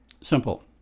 Simple